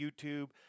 youtube